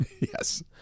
yes